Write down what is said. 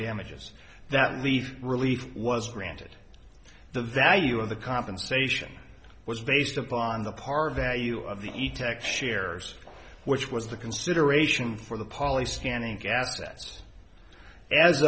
damages that leave relief was granted the value of the compensation was based upon the par value of the e tec shares which was the consideration for the poly scanning gas that's as